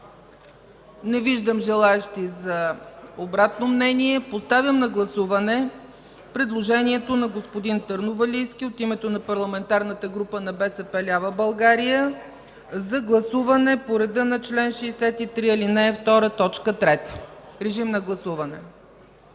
Не виждам желаещи за обратно мнение. Поставям на гласуване предложението на господин Търновалийски от името на Парламентарната група „БСП лява България” за гласуване по реда на чл. 63, ал. 2, т. 3. Гласували